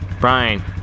Brian